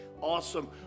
Awesome